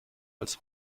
als